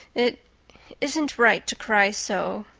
it isn't right to cry so.